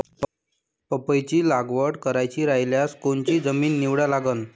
पपईची लागवड करायची रायल्यास कोनची जमीन निवडा लागन?